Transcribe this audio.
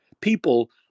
People